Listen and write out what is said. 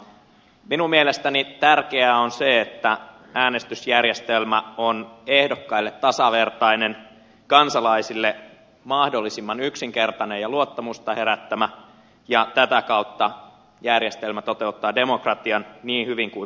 minun mielestäni tärkeää on se että äänestysjärjestelmä on ehdokkaille tasavertainen kansalaisille mahdollisimman yksinkertainen ja luottamusta herättävä ja tätä kautta järjestelmä toteuttaa demokratian niin hyvin kuin mahdollista